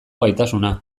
gaitasuna